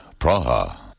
Praha